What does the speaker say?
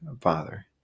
Father